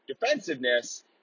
defensiveness